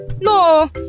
No